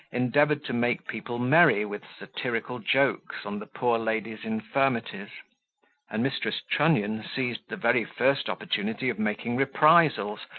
endeavoured to make people merry with satirical jokes on the poor lady's infirmities and mrs. trunnion seized the very first opportunity of making reprisals,